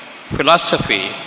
philosophy